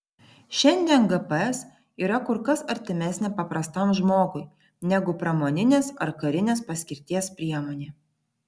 šiandien gps yra kur kas artimesnė paprastam žmogui negu pramoninės ar karinės paskirties priemonė